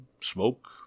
smoke